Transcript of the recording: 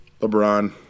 LeBron